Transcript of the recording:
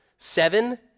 Seven